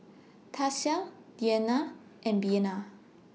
Tasia Dianna and Bena